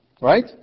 Right